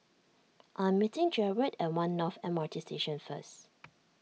I am meeting Jared at one North M R T Station first